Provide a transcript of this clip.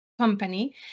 company